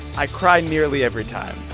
i cry nearly every time.